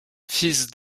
fils